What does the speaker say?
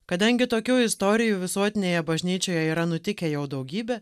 kadangi tokių istorijų visuotinėje bažnyčioje yra nutikę jau daugybę